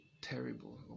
terrible